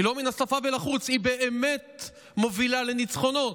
היא לא מן השפה ולחוץ, היא באמת מובילה לניצחונות.